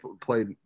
played